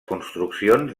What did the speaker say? construccions